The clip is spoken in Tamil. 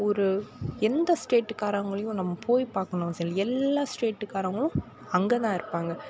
ஒரு எந்த ஸ்டேட்டுகாரங்களையும் நம்ம போய் பார்க்கணும்னு அவசியமில்லை எல்லா ஸ்டேட்டுகாரங்களும் அங்கேதான் இருப்பாங்க